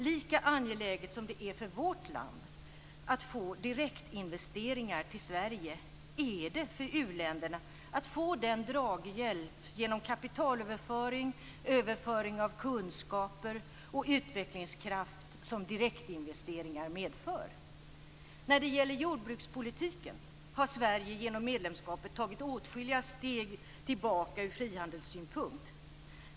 Lika angeläget som det är för vårt land att få direktinvesteringar till Sverige är det för u-länderna att få den draghjälp genom kapitalöverföring, överföring av kunskaper och utvecklingskraft som direktinvesteringar medför. När det gäller jordbrukspolitiken har Sverige genom medlemskapet tagit åtskilliga steg tillbaka ur frihandelssynpunkt.